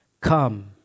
come